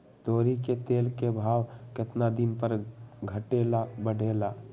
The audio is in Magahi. तोरी के तेल के भाव केतना दिन पर घटे ला बढ़े ला?